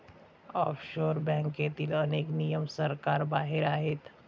offshore बँकेतील अनेक नियम सरकारबाहेर आहेत